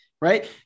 Right